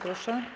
Proszę.